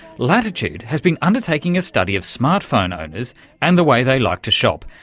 latitude has been undertaking a study of smartphone owners and the way they like to shop.